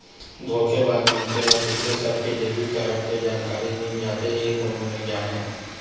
धोखेबाज मनखे ल कइसे सबके डेबिट कारड के जानकारी मिल जाथे ए कोनो नइ जानय